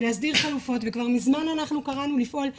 של להסדיר חלופות ומזמן אנחנו קראנו לפעול לחלופות,